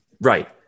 Right